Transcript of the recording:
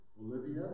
Olivia